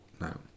No